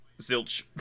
zilch